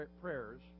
prayers